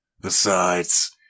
Besides